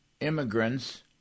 Immigrants